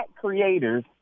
creators